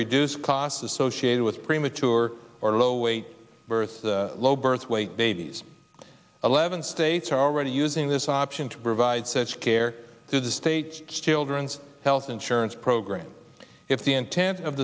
reduce costs associated with premature or low weight birth low birth weight babies eleven states are already using this option to provide such care through the state children's health insurance program if the intent of